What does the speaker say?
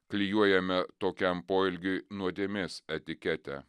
klijuojame tokiam poelgiui nuodėmės etiketę